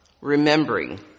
remembering